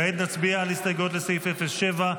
כעת נצביע על הסתייגויות לסעיף 07,